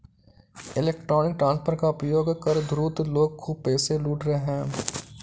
electronic transfer का उपयोग कर धूर्त लोग खूब पैसे लूट रहे हैं